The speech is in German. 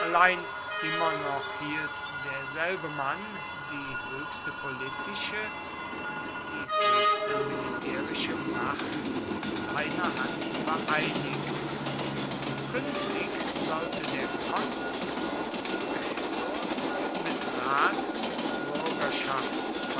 immer noch hielt derselbe mann die höchste politische und die höchste militärische macht in seiner hand vereinigt künftig sollte der konsul und prätor mit rat und bürgerschaft